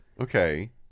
Okay